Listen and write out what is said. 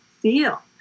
feel